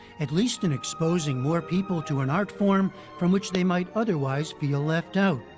at least in exposing more people to an art form from which they might otherwise feel left out.